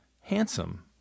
handsome